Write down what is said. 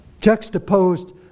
juxtaposed